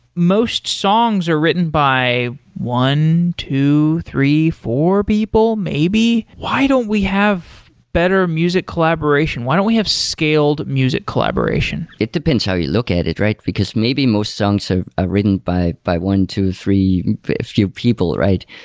most songs are written by one, two, three, four people, maybe. why don't we have better music collaboration? why don't we have scaled music collaboration? it depends how you look at it, because maybe most songs ah are written by by one, two, three, a few people, right?